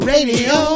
Radio